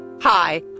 Hi